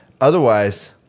Otherwise